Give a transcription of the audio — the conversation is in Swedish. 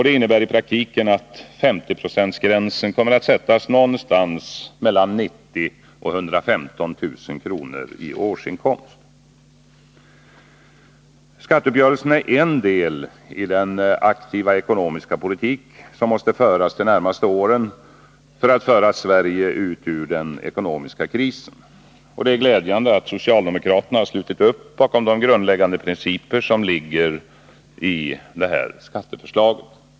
Det innebär i praktiken att 50-procentsgränsen kommer att sättas någonstans mellan 90 000 och 115 000 kr. i årsinkomst. Skatteuppgörelsen är en del i den aktiva ekonomiska politik som måste föras de närmaste åren för att föra Sverige ur den ekonomiska krisen. Det är glädjande att socialdemokraterna har slutit upp bakom de grundläggande principer som ligger bakom skatteförslaget.